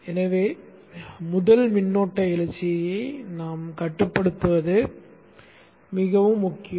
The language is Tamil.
எனவே முதல் மின்னோட்ட எழுச்சியை நாம் கட்டுப்படுத்துவது மிகவும் முக்கியம்